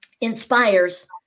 inspires